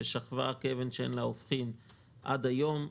ששכבה כאבן שאין לה הופכין עד היום,